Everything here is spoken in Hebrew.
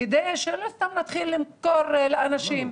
כדי שלא סתם נתחיל למכור לאנשים.